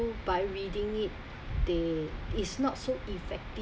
by reading it they it's not so effective